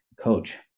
coach